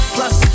Plus